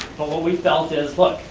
but what we felt is, look,